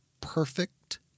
perfect